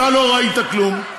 אתה לא ראית כלום,